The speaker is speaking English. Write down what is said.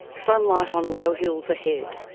sunlight on low hills ahead.